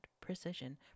Precision